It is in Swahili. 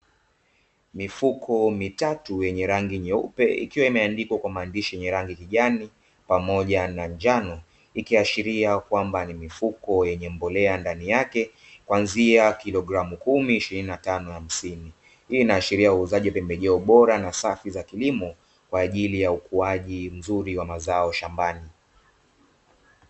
Mifuko mitatu yenye rangi nyeupe ikiwa imeandikwa kwa maandishi yenye rangi kijani pamoja na njano, ikiashiria kwamba ni mifuko yenye mbolea ndani yake kuanzia kilogramu kumi, ishirini na tano, hamsini. Hii inaashiria uuzaji pembejeo bora na safi za kilimo kwa ajili ya ukuaji mzuri wa mazao shambani.